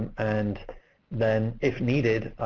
and then, if needed,